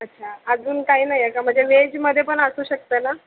अच्छा अजून काही नाही आहे का म्हणजे वेजमध्ये पण असू शकतं ना